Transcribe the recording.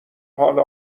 حال